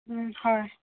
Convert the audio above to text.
হয়